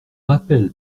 rappel